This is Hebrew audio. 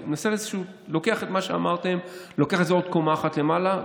אני לוקח את מה שאמרתם עוד קומה אחת למעלה.